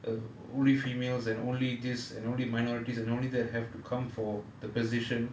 the only females and only this an only minorities and only that have to come for the position